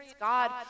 God